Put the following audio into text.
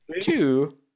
two